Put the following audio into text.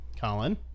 Colin